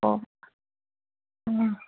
ꯑꯣ ꯎꯝ